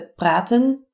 praten